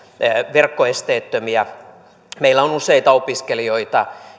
verkkoesteettömiä meillä on useita opiskelijoita